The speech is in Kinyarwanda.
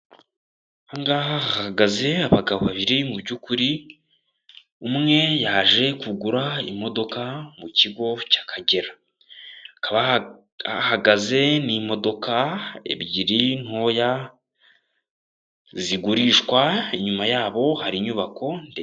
Aha ngaha hahagaze abagabo babiri mu byukuri, umwe yaje kugura imodoka mu kigo cy'Akagera, hakaba hahagaze n'imodoka ebyiri ntoya zigurishwa, inyuma yabo hari inyubako ndende.